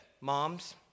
Moms